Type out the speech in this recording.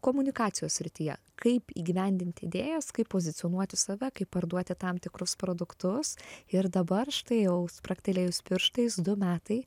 komunikacijos srityje kaip įgyvendint idėjas kaip pozicionuoti save kaip parduoti tam tikrus produktus ir dabar štai jau spragtelėjus pirštais du metai